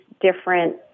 different